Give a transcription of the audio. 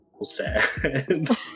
sad